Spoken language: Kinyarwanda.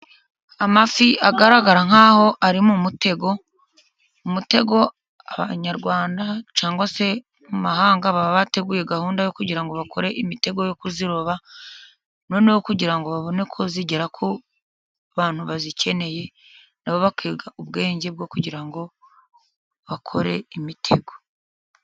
Amafi agaragara nk'aho ari mu mutego, umutego Abanyarwanda cyangwa se mu mahanga, baba bateguye gahunda yo kugira ngo bakore imitego yo kuyaroba, noneho kugira ngo babone ko agera ku bantu bayakeneye na bo bakiga ubwenge bwo kugira ngo bakore imitego.